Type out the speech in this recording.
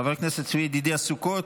חבר הכנסת צבי ידידיה סוכות,